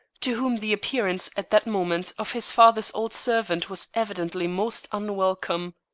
to whom the appearance at that moment of his father's old servant was evidently most unwelcome.